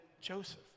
Joseph